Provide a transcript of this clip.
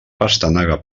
pastanaga